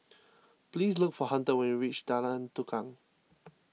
please look for Hunter when you reach Jalan Tukang